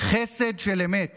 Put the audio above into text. חסד של אמת